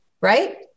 right